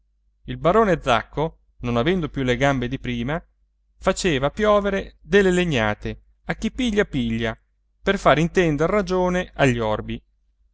il barone zacco non avendo più le gambe di prima faceva piovere delle legnate a chi piglia piglia per far intender ragione agli orbi